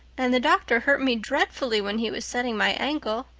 and the doctor hurt me dreadfully when he was setting my ankle.